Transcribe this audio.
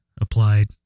applied